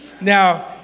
now